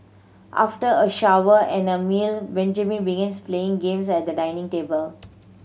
after a shower and a meal Benjamin begins playing games at the dining table